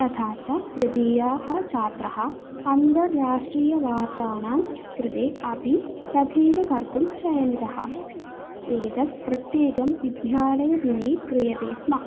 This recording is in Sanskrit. तथा च तृतीयः छात्रः अन्ताराष्ट्रीयवार्तानां कृते अपि तथैव कर्तुं चितः एतत् प्रत्येकं विध्यालयदिने क्रियते स्म